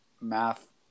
math